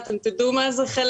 אנחנו מבקשים לדעת מאיפה בסעיף.